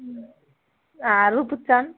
आओर रुपचन